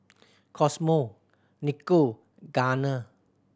Cosmo Nico Garner